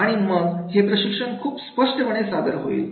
आणि मग हे प्रशिक्षण खूप स्पष्टपणे सादर होईल